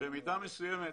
במידה מסוימת